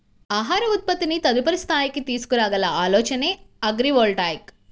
ఆహార ఉత్పత్తిని తదుపరి స్థాయికి తీసుకురాగల ఆలోచనే అగ్రివోల్టాయిక్